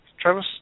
Travis